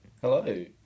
Hello